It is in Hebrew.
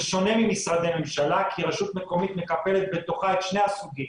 זה שונה ממשרדי ממשלה כי רשות מקומית מקפלת בתוכה את שני הסוגים,